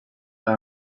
that